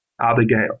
Abigail